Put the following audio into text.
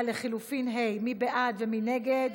לחלופין (ד) של